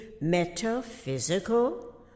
metaphysical